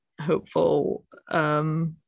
hopeful